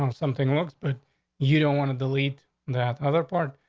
um something looks, but you don't want to delete that other part.